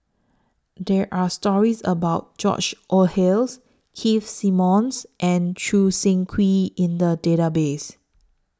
There Are stories about George Oehlers Keith Simmons and Choo Seng Quee in The Database